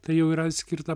tai jau yra skirta